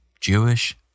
Jewish